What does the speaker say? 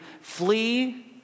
flee